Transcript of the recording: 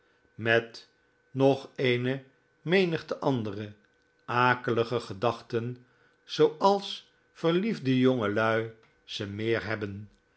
met nog eene menigte andere akelige gedachten zooals verliefde jongelui ze meer hebben